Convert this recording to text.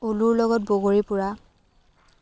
উলুৰ লগত বগৰী পুৰা